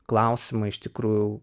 klausimą iš tikrųjų